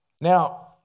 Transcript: Now